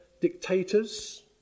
dictators